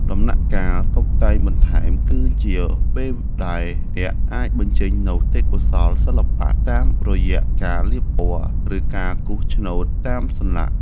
ដំណាក់កាលតុបតែងបន្ថែមគឺជាពេលដែលអ្នកអាចបញ្ចេញនូវទេពកោសល្យសិល្បៈតាមរយៈការលាបពណ៌ ឬការគូសឆ្នូតតាមសន្លាក់។